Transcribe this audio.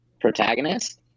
protagonist